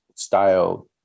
style